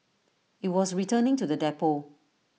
IT was returning to the depot